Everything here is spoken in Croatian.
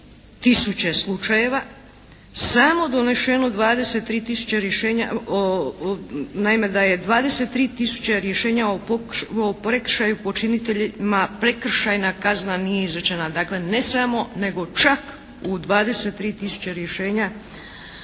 tisuće slučajeva samo donešeno 23 tisuće rješenja. Naime da je 23 tisuće rješenja o prekršaju počiniteljima prekršajna kazna nije izrečena. Dakle ne samo nego čak u 23 tisuće rješenja